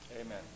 Amen